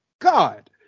God